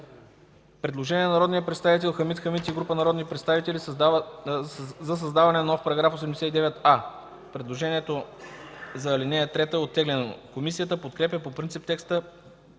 Предложение на народния представител Хамид Хамид и група народни представители за създаване на нов § 89а. Предложението за ал. 3 е оттеглено. Комисията подкрепя по принцип